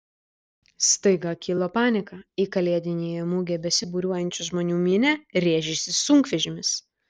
staiga kilo panika į kalėdinėje mugėje besibūriuojančių žmonių minią rėžėsi sunkvežimis